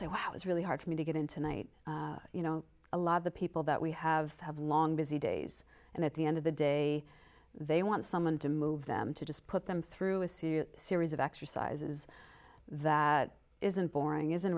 say wow it was really hard for me to get into night you know a lot of the people that we have have long busy days and at the end of the day they want someone to move them to just put them through a serious series of exercises that isn't boring isn't